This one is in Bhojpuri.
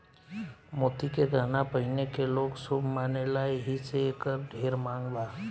मोती के गहना पहिने के लोग शुभ मानेला एही से एकर ढेर मांग बा